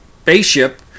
spaceship